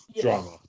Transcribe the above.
Drama